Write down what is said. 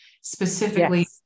specifically